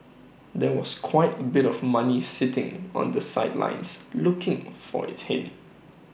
there was quite A bit of money sitting on the sidelines looking for its hint